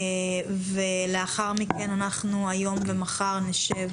ולאחר מכן, היום ומחר נשב